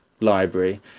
library